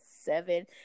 seven